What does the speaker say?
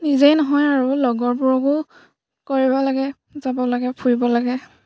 নিজেই নহয় আৰু লগৰবোৰকো কৰিব লাগে যাব লাগে ফুৰিব লাগে